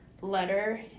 letter